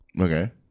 okay